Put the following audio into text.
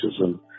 racism